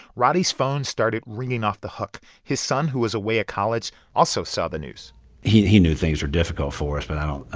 roddey's phone started ringing off the hook. his son, who was away at college, also saw the news he he knew things were difficult for us, but i don't i